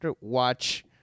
watch